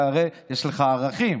הרי יש לך ערכים.